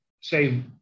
say